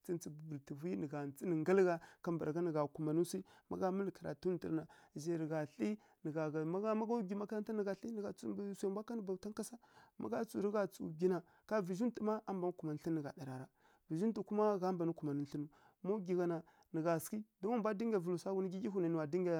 nǝ gha ntsǝ nǝ nggalǝ gha kambǝragha nǝ gha kumanǝ swi, má mǝlǝ karatu ndǝrǝ na zhai gha thlǝ nǝ gha ɗana, ma mbǝgha gwi makaranta na thlǝ nǝ gha tsǝw mbǝ swai mbwa kanǝ bautan kasa, magha tsǝw rǝ gha tsǝw gwi na kai vǝzhiw ntu ma a mban kumanǝ thlǝnǝ nǝ gha ɗa rara, vǝzhi ntu ma gha mban kumanǝ thlǝnǝw, ma ggyi gha na nǝ gha sǝghǝ don wa mbwa dinga vǝlu swa ghun nggyi nggyi hwi nai nuwa dinga